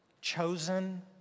chosen